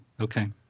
Okay